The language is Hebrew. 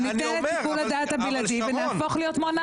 וניתן את שיקול הדעת הבלעדי ונהפוך להיות מונרכיה כי הרוב קבע.